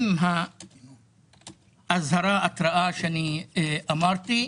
הם לא עלייה חוזרת של ימים כתיקונים.